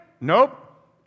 Nope